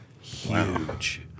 Huge